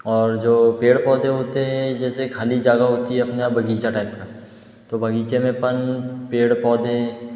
और जो पेड़ पौधे होते है जैसे खाली जगह होती है अपना बगीचा टाइप का तो बगीचा में अपन पेड़ पौधे